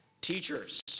teachers